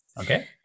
Okay